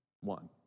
one